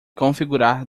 configurar